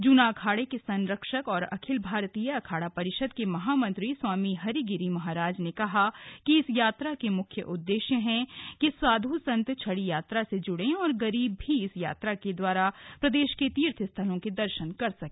जूना अखाड़ा के संरक्षक और अखिल भारतीय अखाड़ा परिषद के महामंत्री स्वामी हरिगिरि महाराज ने कहा कि इस यात्रा के मुख्य उद्देश्य है कि साधु संत छड़ी यात्रा से जुड़े और गरीब भी इस यात्रा के द्वारा प्रदेश के तीर्थ स्थलों के दर्शन कर सके